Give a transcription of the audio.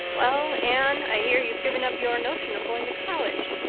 well, anne, i hear you've given up your notion of going to college.